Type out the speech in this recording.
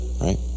right